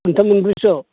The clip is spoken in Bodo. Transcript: मोनथाम मोनब्रैसो